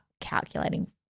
calculating